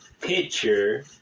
picture